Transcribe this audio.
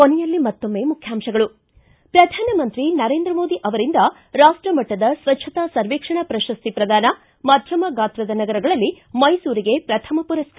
ಕೊನೆಯಲ್ಲಿ ಮತ್ತೊಮ್ಮೆ ಮುಖ್ಯಾಂಶಗಳು ಿ ಪ್ರಧಾನಮಂತ್ರಿ ನರೇಂದ್ರ ಮೋದಿ ಅವರಿಂದ ರಾಷ್ಟಮಟ್ಟದ ಸ್ವಜ್ಞತಾ ಸರ್ವೇಕ್ಷಣಾ ಪ್ರಶಸ್ತಿ ಪ್ರದಾನ ಮಧ್ಯಮ ಗಾತ್ರದ ನಗರಗಳಲ್ಲಿ ಮೈಸೂರಿಗೆ ಪ್ರಥಮ ಮರಸ್ಕಾರ